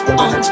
on